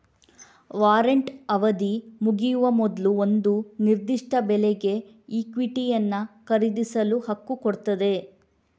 warrant ಅವಧಿ ಮುಗಿಯುವ ಮೊದ್ಲು ಒಂದು ನಿರ್ದಿಷ್ಟ ಬೆಲೆಗೆ ಇಕ್ವಿಟಿಯನ್ನ ಖರೀದಿಸಲು ಹಕ್ಕು ಕೊಡ್ತದೆ